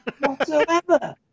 Whatsoever